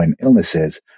illnesses